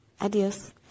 Adios